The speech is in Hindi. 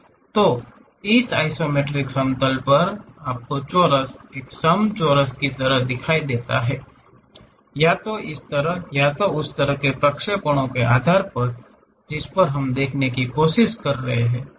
तो उस आइसोमेट्रिक समतल पर आपका चोरस एक समचोरस की तरह दिखता है या तो इस तरह या उस तरह के प्रक्षेपणों के आधार पर जिस पर हम देखने की कोशिश कर रहे हैं